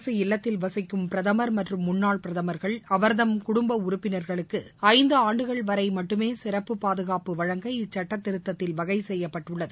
அரசு இல்லத்தில் வசிக்கும் பிரதமர் மற்றும் முன்னாள் பிரதமர்கள் அவர்தம் குடும்ப உறுப்பினர்களுக்கு ஐந்து ஆண்டுகள் வரை மட்டுமே சிறப்பு பாதுகாப்பு வழங்க இச்சுட்டத் திருத்தத்தில் வகை செய்யப்பட்டுள்ளது